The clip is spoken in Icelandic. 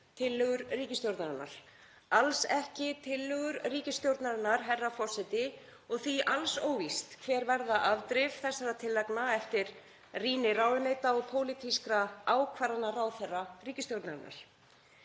tillögur ríkisstjórnarinnar, alls ekki tillögur ríkisstjórnarinnar, herra forseti, og því alls óvíst hver verða afdrif þessara tillagna eftir rýni ráðuneyta og pólitískra ákvarðana ráðherra ríkisstjórnarinnar.